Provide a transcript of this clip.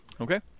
okay